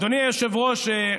אדוני היושב-ראש,